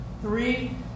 three